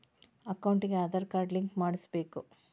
ಅಕೌಂಟಿಗೆ Aadhaar card link ಮಾಡಿಸಬೇಕು?